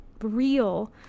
real